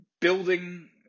Building